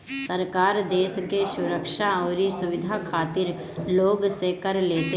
सरकार देस के सुरक्षा अउरी सुविधा खातिर लोग से कर लेत हवे